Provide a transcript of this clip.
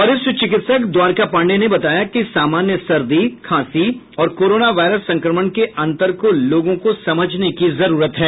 वरिष्ठ चिकित्सक द्वारका पांडेय ने बताया कि सामान्य सर्दी खांसी और कोरोना वायरस संक्रमण के अंतर को लोगों को समझने की जरूरत है